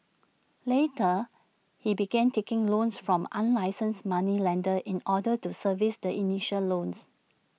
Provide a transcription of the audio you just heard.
later he began taking loans from unlicensed moneylenders in order to service the initial loans